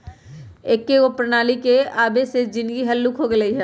एकेगो प्रणाली के आबे से जीनगी हल्लुक हो गेल हइ